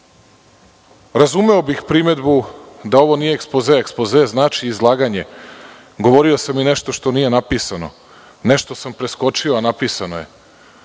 program. Razumeo bih primedbu da ovo nije ekspoze. Ekspoze znači izlaganje. Govorio sam i nešto što nije napisano, nešto sam preskočio, a napisano je.